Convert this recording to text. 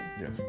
Yes